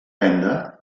venda